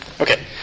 Okay